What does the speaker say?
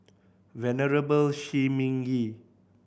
Venerable Shi Ming Yi